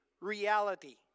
reality